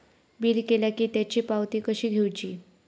Bill केला की त्याची पावती कशी घेऊची?